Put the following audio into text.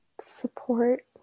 support